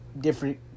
different